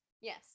yes